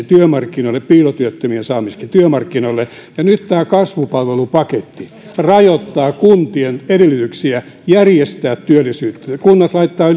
työmarkkinoille piilotyöttömien saamiseksi työmarkkinoille nyt tämä kasvupalvelupaketti rajoittaa kuntien edellytyksiä järjestää työllisyyttä kunnat laittavat